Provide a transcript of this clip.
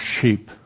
sheep